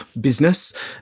business